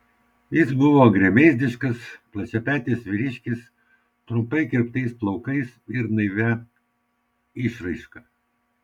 jis buvo gremėzdiškas plačiapetis vyriškis trumpai kirptais plaukais ir naivia išraiška